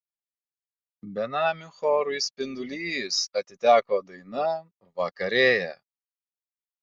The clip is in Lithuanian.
benamių chorui spindulys atiteko daina vakarėja